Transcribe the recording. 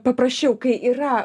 paprasčiau kai yra